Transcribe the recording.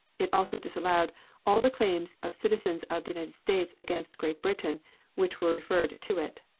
it also disallowed all the claims of citizens of the united states against great britain which were referred to it.